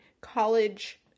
college